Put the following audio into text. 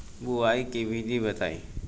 बुआई के विधि बताई?